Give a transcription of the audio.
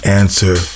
answer